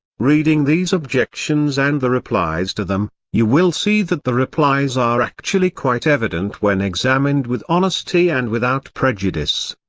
reading these objections and the replies to them, you will see that the replies are actually quite evident when examined with honesty and without prejudice.